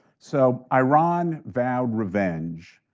so, iran vowed revenge.